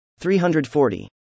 340